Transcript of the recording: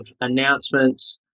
announcements